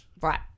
Right